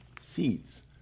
seeds